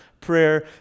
Prayer